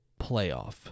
playoff